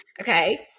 Okay